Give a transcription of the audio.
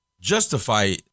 justify